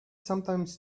sometimes